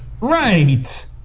Right